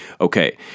Okay